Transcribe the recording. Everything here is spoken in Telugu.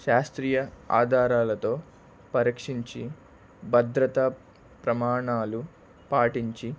శాస్త్రీయ ఆధారాలతో పరీక్షించి భద్రత ప్రమాణాలు పాటించి